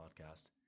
podcast